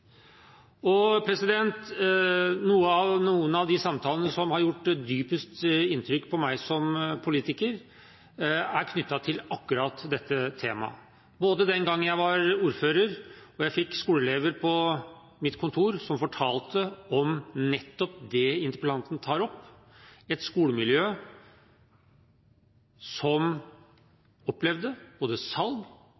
Noen av de samtalene som har gjort dypest inntrykk på meg som politiker, er knyttet til akkurat dette temaet, også den gangen jeg var ordfører og fikk skoleelever på mitt kontor som fortalte om nettopp det interpellanten tar opp, et skolemiljø som